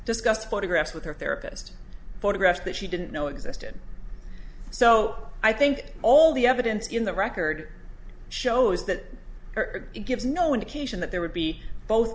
discussed photographs with her therapist photographs that she didn't know existed so i think all the evidence in the record shows that it gives no indication that there would be both